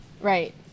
Right